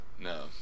No